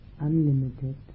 unlimited